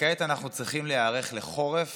וכעת אנחנו צריכים להיערך לחורף